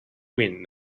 wind